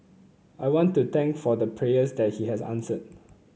I want to thank for the prayers that he has answered